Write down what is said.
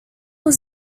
was